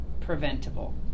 preventable